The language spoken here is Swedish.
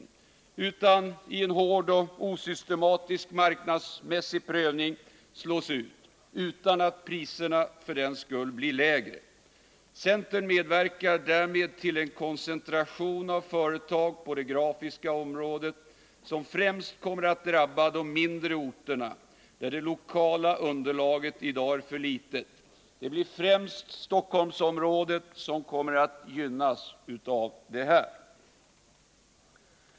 Dessa företag kommer att i en hård och osystematisk marknadsmässig prövning slås ut, utan att priserna för den skull blir lägre. Centern medverkar alltså till en koncentration av företag på det grafiska området som främst kommer att drabba de mindre orterna, där det lokala underlaget i dag är för litet. Det blir främst Stockholmsområdet som kommer att gynnas av detta.